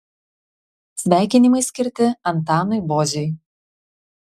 sveikinimai skirti antanui boziui